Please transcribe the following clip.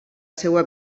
seva